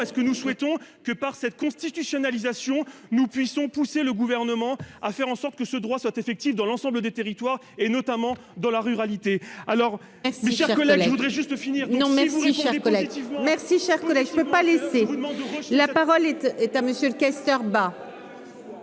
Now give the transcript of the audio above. et ce que nous souhaitons que par cette constitutionnalisation, nous puissions pousser le gouvernement à faire en sorte que ce droit soit effectif dans l'ensemble des territoires et notamment dans la ruralité